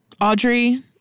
Audrey